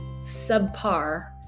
subpar